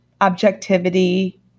objectivity